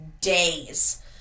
days